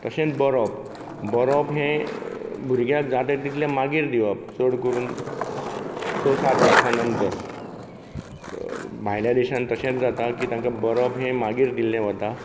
तशेंच बरोवप बरोवप हें भुरग्याक जाता तितलें मागीर दिवप चड करून स सात वर्सां नंतर भायल्या देशांत तशेंत जाता की तांकां बरोवप हें मागीर दिल्लें वता